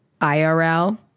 IRL